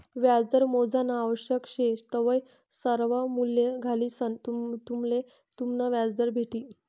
व्याजदर मोजानं आवश्यक शे तवय सर्वा मूल्ये घालिसंन तुम्हले तुमनं व्याजदर भेटी